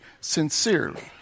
Sincerely